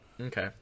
okay